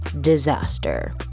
disaster